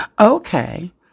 Okay